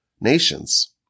nations